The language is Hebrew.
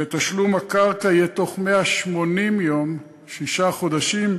ותשלום הקרקע יהיה תוך 180 יום, שישה חודשים,